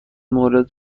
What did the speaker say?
مورد